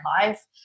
life